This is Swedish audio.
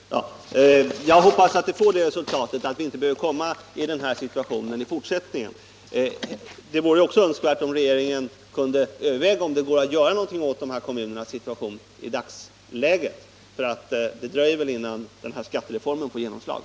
Herr talman! Jag hoppas att dessa åtgärder får till resultat att vi i fortsättningen inte behöver komma i en sådan situation som nu uppstått. Det vore också önskvärt om regeringen kunde överväga om det går att göra något åt de aktuella kommunernas situation i dagsläget, eftersom det väl lär dröja innan en sådan skattereform träder i kraft.